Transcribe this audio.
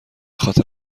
خاطر